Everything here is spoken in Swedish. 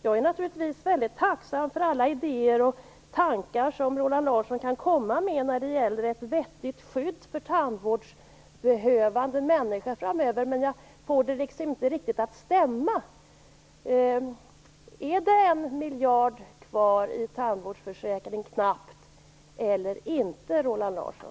Jag är naturligtvis tacksam för alla idéer och tankar som Roland Larsson kan komma med när det gäller ett vettigt skydd för tandvårdsbehövande människor framöver, men jag får det inte riktigt att stämma. Är det en knapp miljard kvar i tandvårdsförsäkringen eller inte, Roland Larsson?